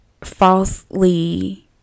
falsely